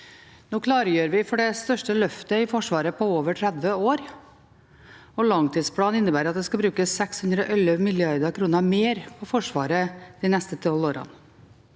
Nå klargjør vi for det største løftet i Forsvaret på over 30 år, og langtidsplanen innebærer at det skal brukes 611 mrd. kr mer på Forsvaret de neste tolv årene.